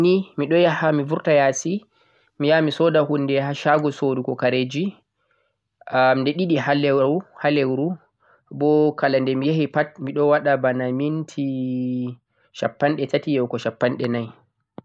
Ha leuru nii miɗon vurta yasi meyaha shago soorugo kareji nde ɗiɗi bo kala nde mi yahifuu miɗon waɗa bana minti shappanɗe tati yahugo shappanɗe nai